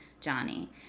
johnny